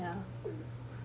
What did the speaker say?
ya